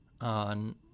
on